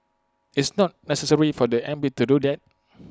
it's not necessary for the M P to do that